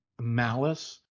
Malice